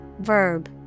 Verb